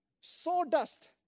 sawdust